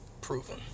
proven